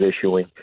issuing